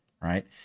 right